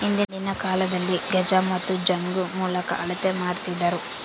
ಹಿಂದಿನ ಕಾಲದಲ್ಲಿ ಗಜ ಮತ್ತು ಜಂಗು ಮೂಲಕ ಅಳತೆ ಮಾಡ್ತಿದ್ದರು